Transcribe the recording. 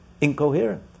incoherent